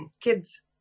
kids